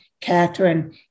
Catherine